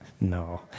No